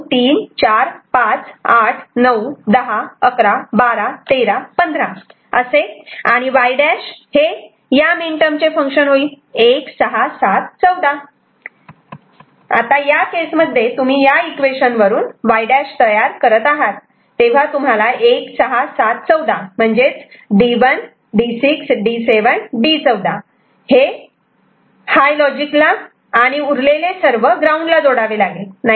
Y FABCD Σ m 02345891011121315 Y' Σ m167 14 या case मध्ये तुम्ही या इक्वेशन वरून Y' तयार करत आहात तेव्हा तुम्हाला 1 6 7 14 म्हणजेच D1 D6 D7 D14 हे हाय लॉजिक ला आणि उरलेले सर्व ग्राऊंड ला जोडावे लागेल